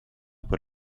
por